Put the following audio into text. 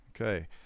okay